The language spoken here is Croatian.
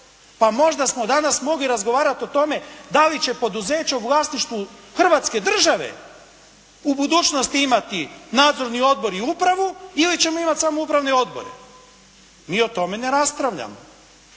Pa možda smo danas mogli razgovarati o tome da li će poduzeća u vlasništvu hrvatske države u budućnosti imati nadzorni odbor i upravu ili ćemo imati samo upravne odbore. Mi o tome ne raspravljamo.